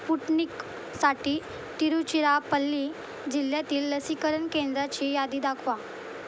स्पुटनिकसाठी तिरुचिरापल्ली जिल्ह्यातील लसीकरण केंद्राची यादी दाखवा